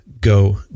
go